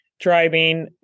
driving